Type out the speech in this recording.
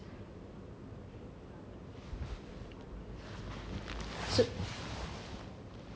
so